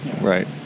Right